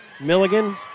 Milligan